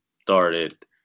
started